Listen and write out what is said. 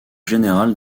général